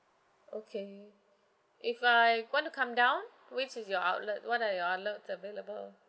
okay if I want to come down which is your outlet what are your outlets available